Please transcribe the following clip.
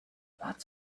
lots